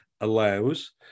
allows